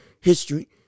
history